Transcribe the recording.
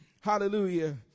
Hallelujah